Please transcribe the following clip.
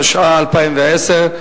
התשע"א 2010,